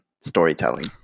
storytelling